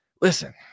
listen